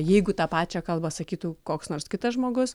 jeigu tą pačią kalbą sakytų koks nors kitas žmogus